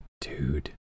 dude